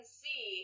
see